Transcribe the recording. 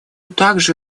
также